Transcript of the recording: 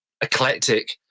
eclectic